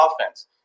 offense